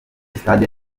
sitade